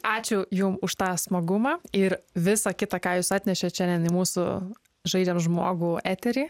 ačiū jum už tą smagumą ir visa kita ką jūs atnešėt šiandien į mūsų žaidžiam žmogų etery